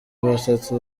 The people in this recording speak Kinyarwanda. batatu